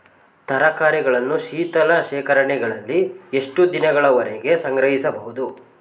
ತರಕಾರಿಗಳನ್ನು ಶೀತಲ ಶೇಖರಣೆಗಳಲ್ಲಿ ಎಷ್ಟು ದಿನಗಳವರೆಗೆ ಸಂಗ್ರಹಿಸಬಹುದು?